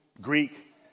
Greek